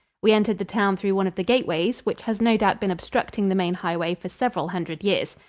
we entered the town through one of the gateways, which has no doubt been obstructing the main highway for several hundred years.